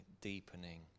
deepening